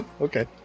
Okay